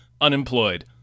unemployed